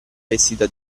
vestita